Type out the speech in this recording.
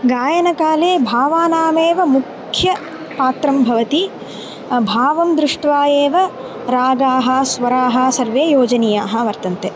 गायनकाले भावानामेव मुख्यपात्रं भवति भावं दृष्ट्वा एव रागाः स्वराः सर्वे योजनीयाः वर्तन्ते